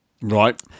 right